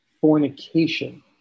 fornication